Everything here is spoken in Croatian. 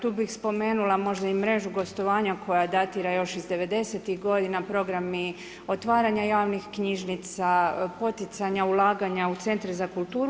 Tu bih spomenula možda i mrežu gostovanja koja datira još iz '90-ih godina, programi otvaranja javnih knjižnica, poticanja ulaganja u centre za kulturu.